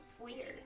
weird